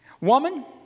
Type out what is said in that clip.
Woman